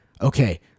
okay